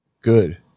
Good